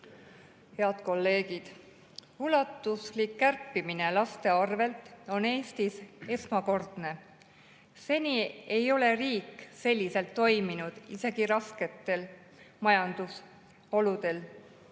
Head kolleegid! Ulatuslik kärpimine laste arvelt on Eestis esmakordne. Seni ei ole riik selliselt [käitunud] isegi rasketes majandusoludes.